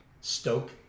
stoke